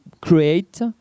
create